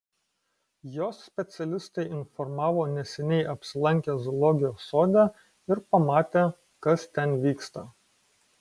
jos specialistai informavo neseniai apsilankę zoologijos sode ir pamatę kas ten vyksta